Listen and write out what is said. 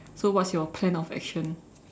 so what's your plan of action